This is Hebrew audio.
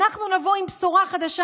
אנחנו נבוא עם בשורה חדשה,